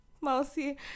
Mousy